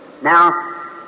Now